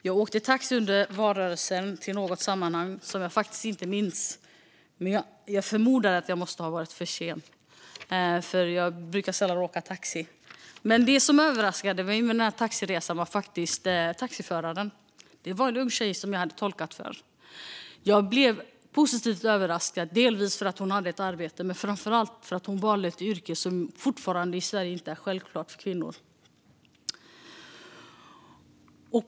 Jag åkte under valrörelsen taxi till något sammanhang som jag faktiskt inte minns men som jag förmodar att jag var sen till eftersom jag sällan åker taxi. Det som överraskade mig med den här taxiresan var taxiföraren. Det var en ung tjej som jag hade tolkat för. Jag blev positivt överraskad, delvis för att hon hade ett arbete men framför allt för att hon valt ett yrke som i Sverige fortfarande inte är självklart för kvinnor.